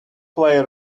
play